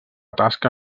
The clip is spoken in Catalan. tasca